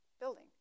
building